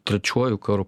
trečiuoju karu